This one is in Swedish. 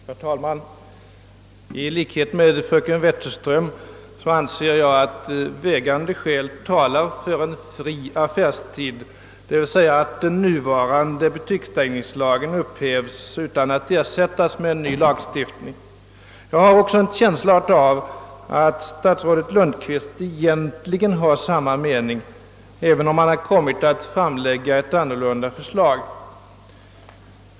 Herr talman! I likhet med fröken Wetterström anser jag att vägande skäl talar för en fri affärstid, d. v. s. att nuvarande butiksstängningslag upphävs utan att ersättas med en ny. Jag har också en känsla av att statsrådet Lundkvist egentligen har samma mening, även om han kommit att framlägga ett annat förslag.